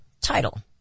title